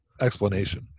explanation